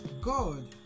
God